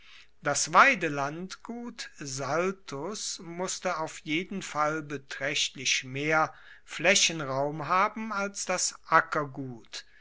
das weidelandgut saltus musste auf jeden fall betraechtlich mehr flaechenraum haben als das